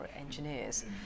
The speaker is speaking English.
engineers